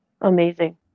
Amazing